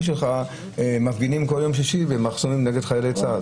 שלך מפגינים כל יום שישי במחסומים נגד חיילי צה"ל.